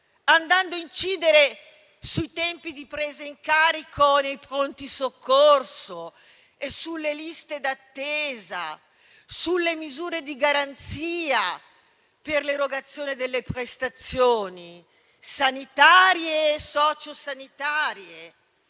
andando a incidere sui tempi di presa in carico nei pronto soccorso e sulle liste d'attesa, sulle misure di garanzia per l'erogazione delle prestazioni sanitarie e sociosanitarie,